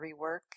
rework